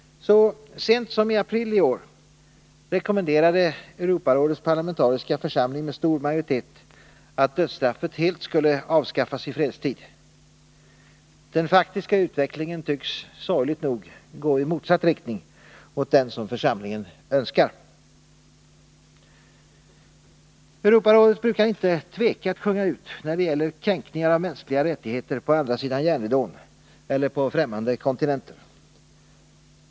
Så sent som i april i år rekommenderade Europarådets parlamentariska församling med stor majoritet att dödsstraffet helt skulle avskaffas i fredstid. Den faktiska utvecklingen tycks, sorgligt nog, gå i motsatt riktning mot den som församlingen önskar. Europarådet brukar inte tveka att sjunga ut när det gäller kränkningar av mänskliga rättigheter på andra sidan järnridån eller på fftämmande kontinenter.